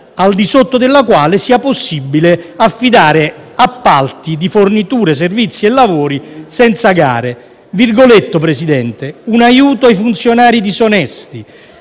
al di sotto della quale sia possibile affidare appalti di forniture, servizi e lavori senza gare. «Un aiuto ai funzionari disonesti.